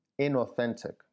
inauthentic